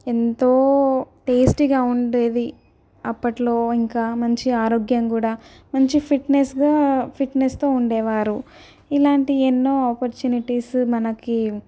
ఎంతో టేస్టీగా ఉండేది అప్పట్లో ఇంకా మంచి ఆరోగ్యం కూడా మంచి ఫిట్నెస్గా ఫిట్నెస్తో ఉండేవారు ఇలాంటి ఎన్నో ఆపర్చునిటీస్ మనకి